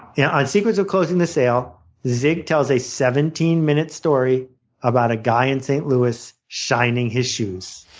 yeah on secrets of closing the sale, zig tells a seventeen minute story about a guy in st. louis shining his shoes.